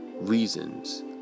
reasons